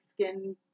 skin